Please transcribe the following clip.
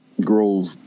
Grove